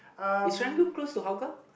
is Serangoon close to Hougang